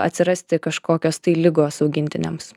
atsirasti kažkokios tai ligos augintiniams